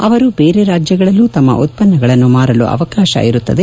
ಅವರು ಬೇರೆ ರಾಜ್ಯಗಳಲ್ಲೂ ತಮ್ಮ ಉತ್ಪನ್ನಗಳನ್ನು ಮಾರಲು ಅವಕಾಶವಿರುತ್ತದೆ